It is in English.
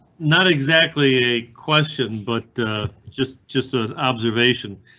not exactly a question, but just just an observation.